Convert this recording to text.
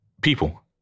people